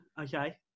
okay